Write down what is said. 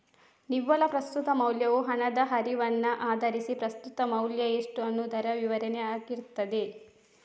ನಿವ್ವಳ ಪ್ರಸ್ತುತ ಮೌಲ್ಯವು ಹಣದ ಹರಿವನ್ನ ಆಧರಿಸಿ ಪ್ರಸ್ತುತ ಮೌಲ್ಯ ಎಷ್ಟು ಅನ್ನುದರ ವಿವರ ಆಗಿರ್ತದೆ